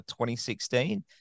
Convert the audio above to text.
2016